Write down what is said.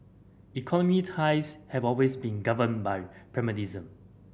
economic ties have always been governed by pragmatism